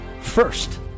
First